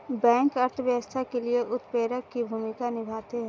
bank अर्थव्यवस्था के लिए उत्प्रेरक की भूमिका निभाते है